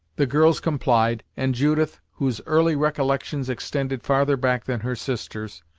the girls complied, and judith, whose early recollections extended farther back than her sister's,